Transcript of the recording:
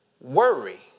Worry